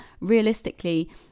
realistically